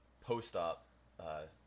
post-op